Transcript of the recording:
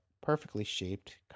perfectly-shaped